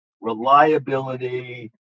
reliability